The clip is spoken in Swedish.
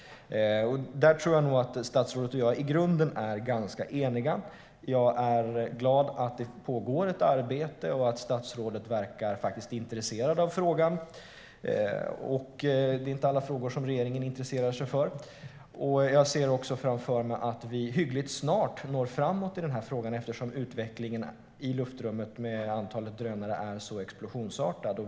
Där tror jag nog att statsrådet och jag i grunden är ganska eniga. Jag är glad att det pågår ett arbete och att statsrådet faktiskt verkar intresserad av frågan - det är inte alla frågor regeringen intresserar sig för. Jag ser också framför mig att vi hyggligt snart når framåt i frågan, eftersom utvecklingen med antalet drönare i luftrummet är så explosionsartad.